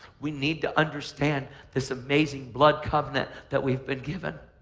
we need to understand this amazing blood covenant that we've been given.